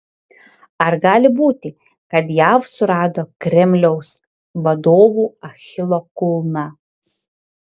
ar gali būti kad jav surado kremliaus vadovų achilo kulną